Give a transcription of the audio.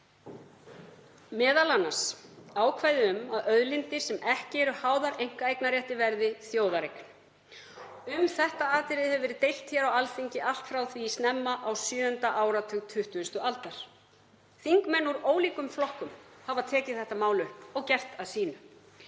m.a. ákvæðið um að auðlindir sem ekki eru háðar einkaeignarrétti verði þjóðareign. Um þetta hefur verið deilt hér á Alþingi allt frá því snemma á sjöunda áratug 20. aldar. Þingmenn úr ólíkum flokkum hafa tekið þetta mál upp og gert að sínu.